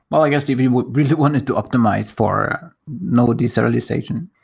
well, i guess if you really wanted to optimize for node de-serialization.